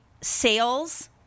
sales